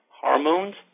hormones